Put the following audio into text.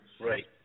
Right